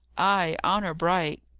ay. honour bright.